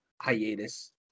hiatus